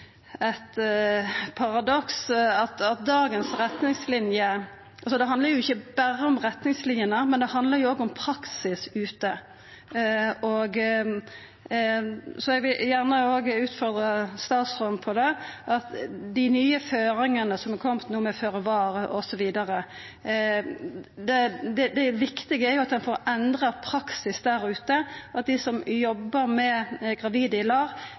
handlar òg om praksis ute. Så eg vil gjerne utfordra statsråden på dei nye føringane som har kome no med føre-var osv. Det viktige er at ein får endra praksis der ute, og at dei som jobbar med gravide i LAR,